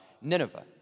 Nineveh